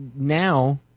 Now